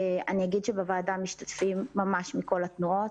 בוועדה משתתפים נציגים מכל התנועות.